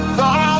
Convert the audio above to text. Thought